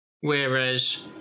Whereas